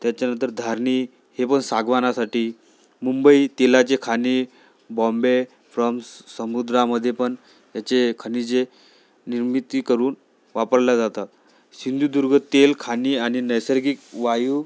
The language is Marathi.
त्याच्यानंतर धारनी हे पण सागवानासाठी मुंबई तिलाचे खाणे बॉम्बे फ्रॉम्स समुद्रामध्ये पण ह्याचे खनिजे निर्मिती करून वापरल्या जातात सिंधुदुर्ग तेल खाणी आणि नैसर्गिक वायू